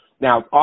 now